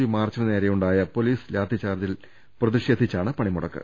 U മാർച്ചിന് നേരെയു ണ്ടായ പൊലീസ് ലാത്തിച്ചാർജ്ജിൽ പ്രതിഷേധിച്ചാണ് പഠിപ്പു മുടക്ക്